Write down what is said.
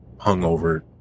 hungover